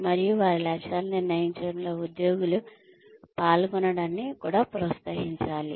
మరియు వారి లక్ష్యాలను నిర్ణయించడంలో ఉద్యోగులు పాల్గొనడాన్ని కూడా ప్రోత్సహించాలి